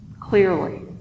clearly